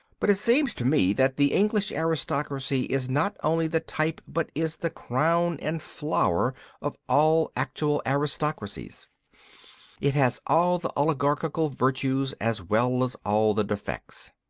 but it seems to me that the english aristocracy is not only the type, but is the crown and flower of all actual aristocracies it has all the oligarchical virtues as well as all the defects.